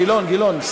גילאון, גילאון.